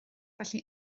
felly